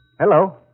Hello